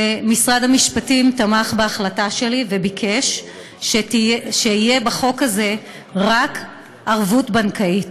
ומשרד המשפטים תמך בהחלטה שלי וביקש שתהיה בחוק הזה רק ערבות בנקאית.